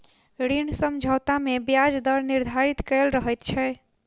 ऋण समझौता मे ब्याज दर निर्धारित कयल रहैत छै